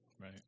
Right